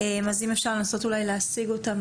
אולי אפשר לנסות להשיג אותו.